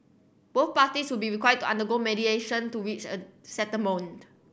both parties would be required to undergo mediation to reach a settlement